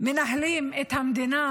מנהלים את המדינה,